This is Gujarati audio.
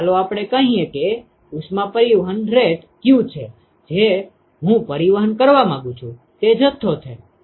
ચાલો આપણે કહીએ કે ઉષ્મા પરિવહન રેટ q છે જે હું પરિવહન કરવા માગું છું તે જથ્થો છે